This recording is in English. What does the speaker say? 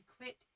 quit